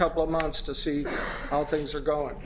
couple of months to see how things are going